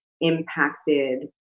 impacted